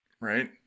Right